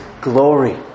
glory